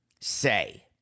say